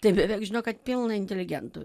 tai beveik žino kad pilna inteligentų